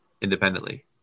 independently